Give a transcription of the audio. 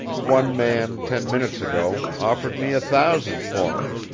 one man, ten minutes ago, offered me a thousand for him.